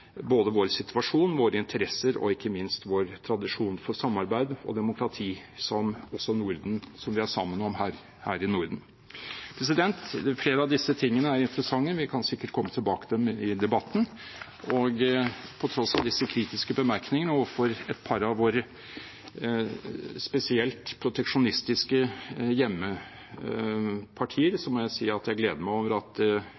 både vår situasjon, våre interesser og ikke minst vår tradisjon for samarbeid og demokrati, som vi er sammen om her i Norden. Flere av disse tingene er interessante, og vi kan sikkert komme tilbake til dem i debatten. Og på tross av de kritiske bemerkningene overfor et par av våre spesielt proteksjonistiske hjemmepartier